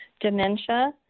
dementia